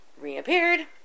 reappeared